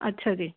ਅੱਛਾ ਜੀ